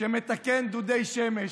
שמתקן דודי שמש.